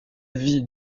vie